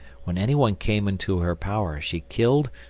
when anyone came into her power she killed,